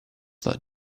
that